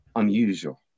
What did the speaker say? unusual